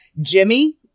Jimmy